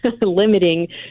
limiting